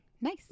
Nice